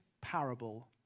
parable